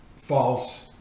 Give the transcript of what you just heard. false